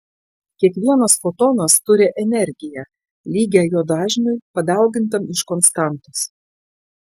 kiekvienas fotonas turi energiją lygią jo dažniui padaugintam iš konstantos